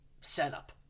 setup